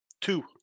Two